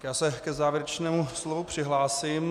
Já se k závěrečnému slovu přihlásím.